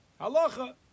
halacha